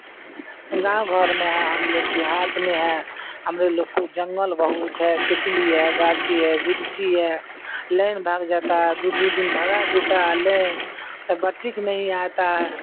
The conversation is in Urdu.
گاؤں گھر میں ہے ہم لوگ دیہات میں ہے ہمارے لوگ کو جنگل بہت ہے کچلی ہے گاچھی ہے برچی ہے لائن بھاگ جاتا ہے دو دو دن بھگا دیتا لائن تو بٹک نہیں آتا